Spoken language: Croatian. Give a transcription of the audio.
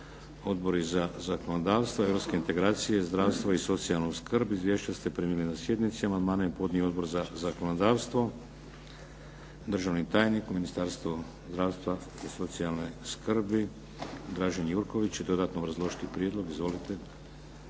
Odbori za zakonodavstvo, europske integracije, zdravstvo i socijalnu skrb. Izvješća ste primili na sjednici. Amandmane je podnio Odbor za zakonodavstvo. Državni tajnik u Ministarstvu zdravstva i socijalne skrbi Dražen Jurković će dodatno obrazložiti prijedlog izvolite.